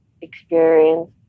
experience